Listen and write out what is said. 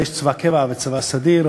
יש צבא קבע וצבא סדיר,